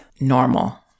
normal